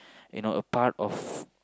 you know a part of